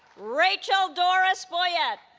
rachel doris boyette